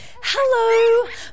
Hello